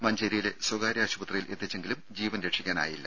മഞ്ചേരിയിലെ സ്വകാര്യ ആശുപത്രിയിൽ എത്തിച്ചെങ്കിലും ജീവൻ രക്ഷിക്കാനായില്ല